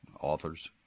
authors